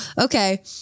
Okay